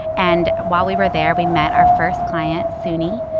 and while we were there, we met our first client, sunni.